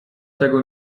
tego